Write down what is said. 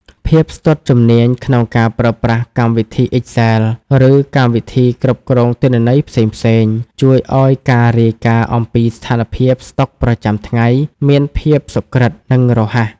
ភាពស្ទាត់ជំនាញក្នុងការប្រើប្រាស់កម្មវិធី Excel ឬកម្មវិធីគ្រប់គ្រងទិន្នន័យផ្សេងៗ ជួយឱ្យការរាយការណ៍អំពីស្ថានភាពស្តុកប្រចាំថ្ងៃមានភាពសុក្រឹត និងរហ័ស។